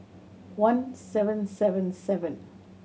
one seven seven seven